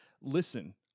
listen